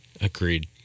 agreed